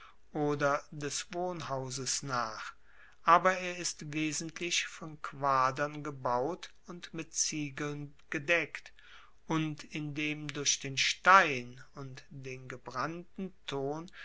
oder des wohnhauses nach aber er ist wesentlich von quadern gebaut und mit ziegeln gedeckt und in dem durch den stein und den gebrannten ton